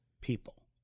people